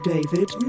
David